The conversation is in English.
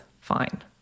fine